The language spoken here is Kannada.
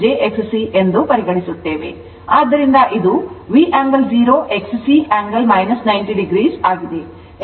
ಆದ್ದರಿಂದ ಇದು V angle 0 XC angle 90o ಆಗಿದೆ